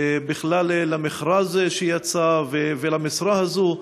בכלל למכרז שיצא ולמשרה הזו.